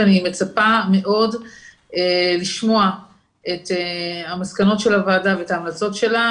מצפה מאוד לשמוע את המסקנות של הוועדה ואת ההמלצות שלה.